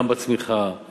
גם בצמיחה,